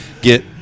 get